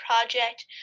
project